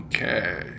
Okay